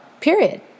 period